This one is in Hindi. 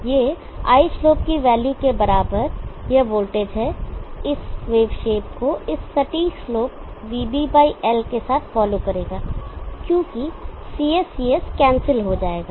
यह I स्लोप की वैल्यू के बराबर यह वोल्टेज है इस वेव शेप को इस सटीक स्लोप vBL slope vBL के साथ फॉलो करेगा क्योंकि CS CS कैंसिल हो जाएगा